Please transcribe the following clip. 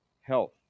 health